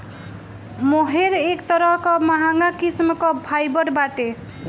मोहेर एक तरह कअ महंग किस्म कअ फाइबर बाटे